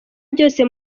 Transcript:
byose